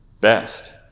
best